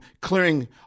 clearing